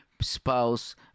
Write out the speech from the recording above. spouse